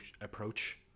approach